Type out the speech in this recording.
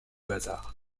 hasard